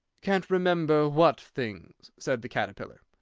can't remember what things? said the caterpillar.